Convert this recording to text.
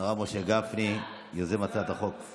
על זה אנחנו מסכימים.